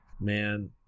Man